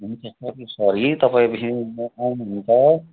हुन्छ sorry sorry तपाईँ हुन्छ